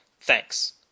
Thanks